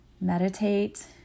meditate